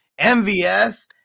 MVS